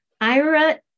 Ira